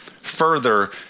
further